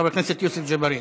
חבר הכנסת יוסף ג'בארין.